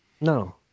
No